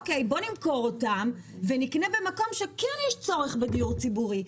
אוקי בוא נמכור אותן ונקנה במקום שכן יש צורך בדיור ציבורי.